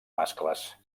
mascles